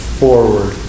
forward